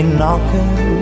knocking